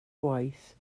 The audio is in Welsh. gwaith